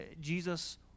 Jesus